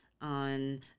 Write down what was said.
on